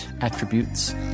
attributes